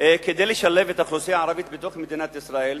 לשלב את האוכלוסייה הערבית בתוך מדינת ישראל,